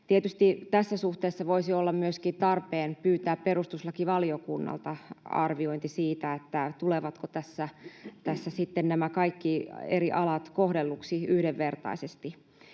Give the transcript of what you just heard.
Tietysti tässä suhteessa voisi olla myöskin tarpeen pyytää perustuslakivaliokunnalta arviointi siitä, tulevatko tässä sitten nämä kaikki eri alat kohdelluiksi yhdenvertaisesti.